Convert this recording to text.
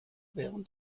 während